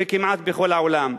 וכמעט בכל העולם?